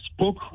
spoke